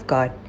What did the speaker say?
God